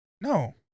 No